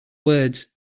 words